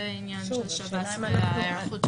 תחליטו לדיון הבא.